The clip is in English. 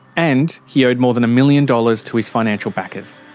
and he owed more than a million dollars to his financial backers.